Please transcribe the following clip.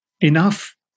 enough